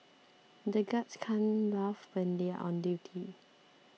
the guards can't laugh when they are on duty